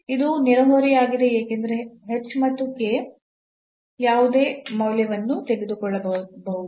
ಇದು ನೆರೆಹೊರೆಯಾಗಿದೆ ಏಕೆಂದರೆ ಮತ್ತು ಯಾವುದೇ ಮೌಲ್ಯವನ್ನು ತೆಗೆದುಕೊಳ್ಳಬಹುದು